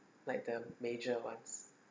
like the major ones